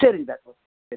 சரிங்க டாக்டர் சரி